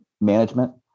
management